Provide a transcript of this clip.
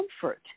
comfort